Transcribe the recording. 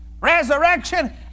resurrection